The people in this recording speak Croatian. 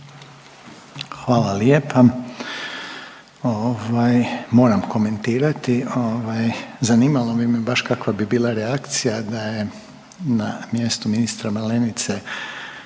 Hvala lijepa, ovaj moram komentirati ovaj zanimalo bi me baš kakva bi bila reakcija da je na mjestu ministra Malenice